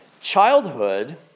childhood